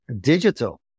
digital